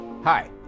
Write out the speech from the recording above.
Hi